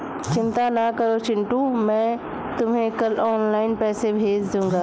चिंता ना करो चिंटू मैं तुम्हें कल ऑनलाइन पैसे भेज दूंगा